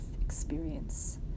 experience